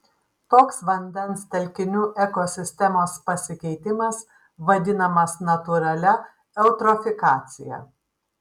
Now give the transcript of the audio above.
toks vandens telkinių ekosistemos pasikeitimas vadinamas natūralia eutrofikacija